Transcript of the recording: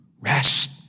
rest